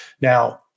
Now